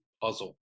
puzzle